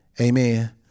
Amen